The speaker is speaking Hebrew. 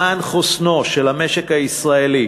למען חוסנו של המשק הישראלי